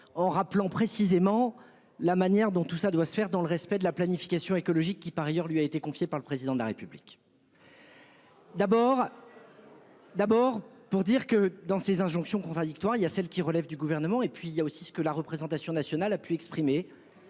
en rappelant précisément la manière dont tout cela doit se faire dans le respect de la planification écologique, tâche qui, par ailleurs, lui a été confiée par le Président de la République. Je vous répondrai d'abord que, parmi ces injonctions contradictoires, il y a ce qui relève du Gouvernement, mais aussi ce que la représentation nationale a pu décider,